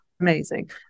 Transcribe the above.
Amazing